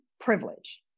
privilege